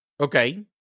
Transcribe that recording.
Okay